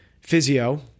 physio